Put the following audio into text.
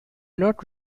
not